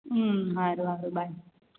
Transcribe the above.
હમ સારું સારું બાય